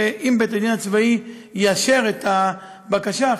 ואם בית-הדין הצבאי יאשר את הבקשה,